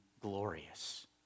glorious